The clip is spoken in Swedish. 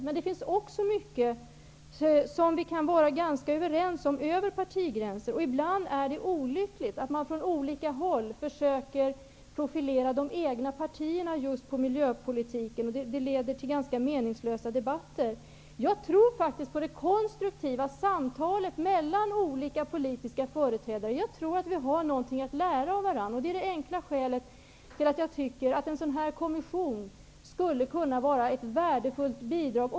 Men det finns också mycket som vi kan vara överens om över partigränser. Ibland är det olyckligt att man från olika håll försöker profilera de egna partierna på just miljöpolitikens område. Det leder till ganska meningslösa debatter. Jag tror faktiskt på det konstruktiva samtalet mellan olika politiska företrädare. Jag tror att vi har något att lära av varandra. Det är det enkla skälet till att jag tycker att en sådan här kommission skulle kunna vara ett värdefullt bidrag.